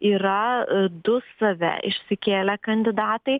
yra du save išsikėlę kandidatai